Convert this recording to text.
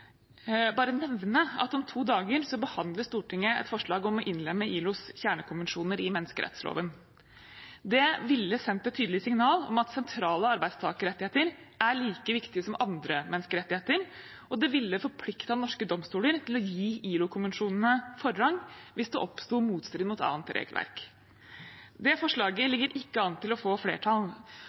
bare nevne at om to dager behandler Stortinget et forslag om å innlemme ILOs kjernekonvensjoner i menneskerettsloven. Det ville sendt et tydelig signal om at sentrale arbeidstakerrettigheter er like viktige som andre menneskerettigheter, og det ville forpliktet norske domstoler til å gi ILO-konvensjonene forrang hvis det oppsto motstrid med annet regelverk. Det forslaget ligger ikke an til å få flertall,